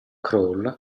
crawl